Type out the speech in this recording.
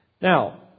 Now